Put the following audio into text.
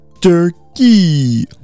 Turkey